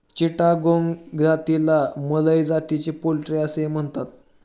चिटागोंग जातीला मलय जातीची पोल्ट्री असेही म्हणतात